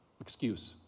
excuse